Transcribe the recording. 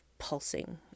Pulsing